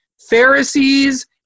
Pharisees